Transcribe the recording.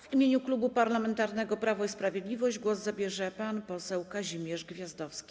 W imieniu Klubu Parlamentarnego Prawo i Sprawiedliwość głos zabierze pan poseł Kazimierz Gwiazdowski.